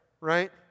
right